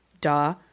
Duh